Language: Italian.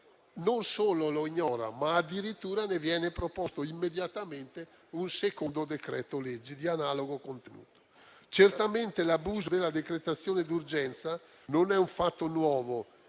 non solo lo ignora, ma addirittura viene proposto immediatamente un secondo decreto-legge, di analogo contenuto. Certamente l'abuso della decretazione di urgenza non è un fatto nuovo,